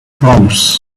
proms